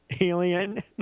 alien